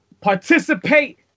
Participate